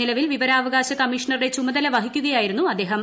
നിലവിൽ വിവരാവകാശ കമ്മീഷണറുടെ ചുമതല വഹിക്കുകയായിരുന്നു അദ്ദേഹം